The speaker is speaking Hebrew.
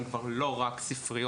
הן כבר לא רק ספריות.